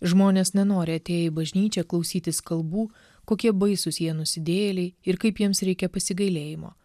žmonės nenori atėję į bažnyčią klausytis kalbų kokie baisūs jie nusidėjėliai ir kaip jiems reikia pasigailėjimo